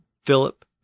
Philip